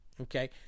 okay